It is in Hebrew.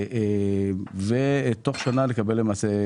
ולמעשה תוך שנה לקבל.